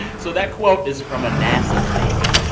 so that quote is from a nasa statement.